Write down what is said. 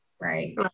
Right